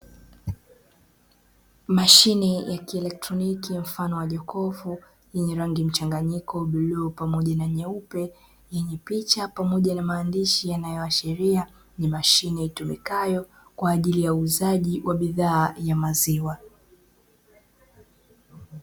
Mashine ya kielektroniki ya mfano wa jokofu yenye rangi mchanganyiko bluu pamoja na nyeupe. Yenye picha pamoja na maandishi yanayoashiria ni mashine itumikayo, kwa ajili ya uuzaji wa bidhaa ya maziwa.